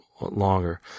longer